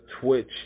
Twitch